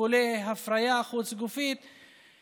טיפולי הפריה חוץ-גופית,